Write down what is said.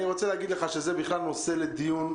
אני רוצה להגיד לך שזה נושא לדיון,